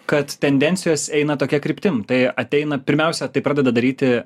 kad tendencijos eina tokia kryptim tai ateina pirmiausia tai pradeda daryti